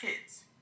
kids